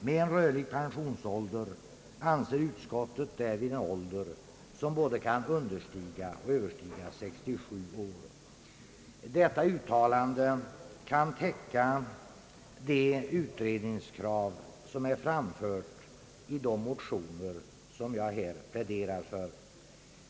Med en rörlig pensionsålder avser utskottet därvid en ålder som både kan understiga och överstiga 67 år.» Detta uttalande kan täcka det utredningskrav som är framfört i de motioner jag här pläderar för.